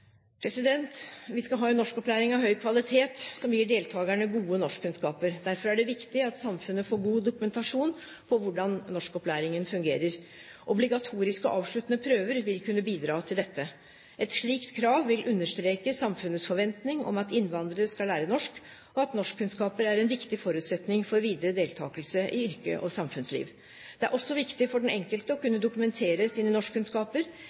Vi skal ha en norskopplæring av høy kvalitet, som gir deltakerne gode norskkunnskaper. Derfor er det viktig at samfunnet får god dokumentasjon på hvordan norskopplæringen fungerer. Obligatoriske avsluttende prøver vil kunne bidra til dette. Et slikt krav vil understreke samfunnets forventning om at innvandrere skal lære norsk, og at norskkunnskaper er en viktig forutsetning for videre deltakelse i yrkes- og samfunnsliv. Det er også viktig for den enkelte å kunne dokumentere sine norskkunnskaper.